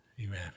Amen